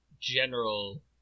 General